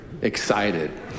excited